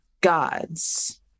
gods